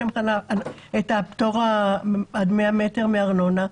אין להם את הפטור עד 100 מטר מארנונה.